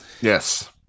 Yes